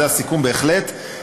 זה הסיכום, בהחלט.